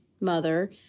mother